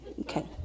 Okay